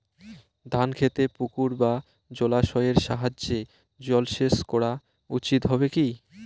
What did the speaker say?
ধান খেতে পুকুর বা জলাশয়ের সাহায্যে জলসেচ করা উচিৎ হবে কি?